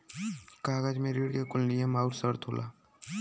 कागज मे ऋण के कुल नियम आउर सर्त होला